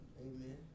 Amen